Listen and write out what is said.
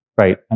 Right